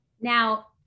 Now